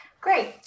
Great